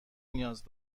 نیاز